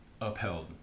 upheld